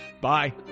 Bye